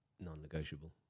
Non-negotiable